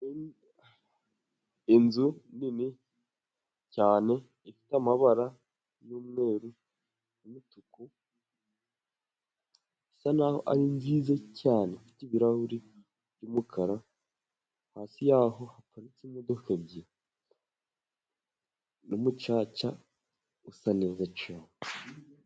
Inzu nini cyane ifite amabara y'umweru n'umutuku, isa n'aho ari nziza cyane, ifite ibirahuri by'umukara, hasi ya ho haparitse imodoka ebyiri n'umucaca usa neza cyane.